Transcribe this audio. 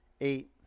eight